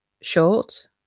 short